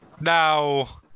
Now